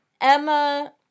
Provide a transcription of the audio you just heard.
Emma